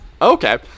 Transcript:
okay